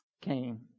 came